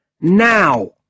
Now